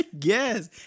yes